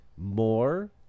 More